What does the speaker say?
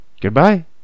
Goodbye